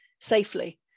safely